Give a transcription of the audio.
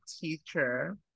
teacher